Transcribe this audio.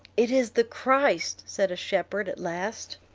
it is the christ! said a shepherd, at last.